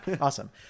Awesome